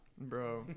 Bro